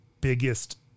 biggest